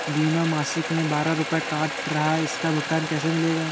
बीमा मासिक में बारह रुपय काट रहा है इसका भुगतान कैसे मिलेगा?